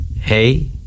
Hey